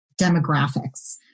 demographics